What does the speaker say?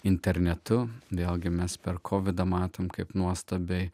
internetu vėlgi mes per kovidą matome kaip nuostabiai